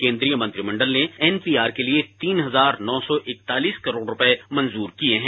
केन्द्रीय मंत्रिमण्डल ने एनपीआर के लिए तीन हजार नौ सौ इकतालीस करोड़ रुपए मंजूर किए हैं